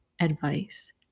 advice